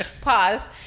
Pause